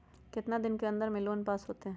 कितना दिन के अन्दर में लोन पास होत?